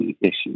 issues